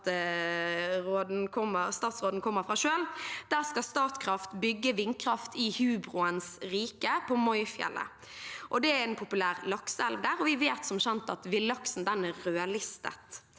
der statsråden kommer fra, skal Statkraft bygge vindkraft, i hubroens rike på Moifjellet. Det er en populær lakseelv der, og vi vet som kjent at villaksen er rødlistet.